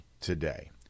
today